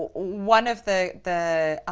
one of the the